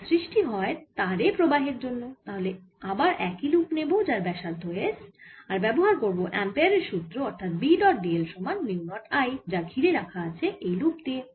যা সৃষ্টি হয় তারে প্রবাহের জন্য তাহলে আবার একই লুপ নেব যার ব্যাসার্ধ s আর ব্যবহার করব অ্যাম্পেয়ার এর সুত্র অর্থাৎ B ডট dl সমান মিউ নট I যা ঘিরে রাখা আছে এই লুপে দিয়ে